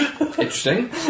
Interesting